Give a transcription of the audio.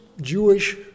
Jewish